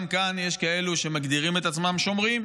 גם כאן יש כאלה שמגדירים את עצמם שומרים,